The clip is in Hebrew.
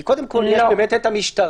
כי קודם כל יש באמת המשטרה.